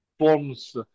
forms